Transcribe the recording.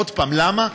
עוד פעם, למה?